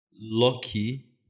lucky